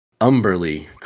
Umberly